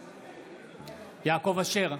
בעד יעקב אשר,